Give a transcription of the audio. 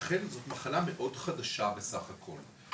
ולכן זאת מחלה מאוד חדשה בסך הכול.